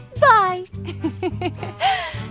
Bye